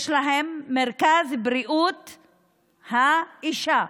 יש להם מרכז בריאות האישה,